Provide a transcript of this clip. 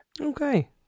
Okay